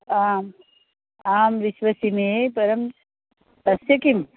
आम् आं विश्वसिमि परं तस्य किं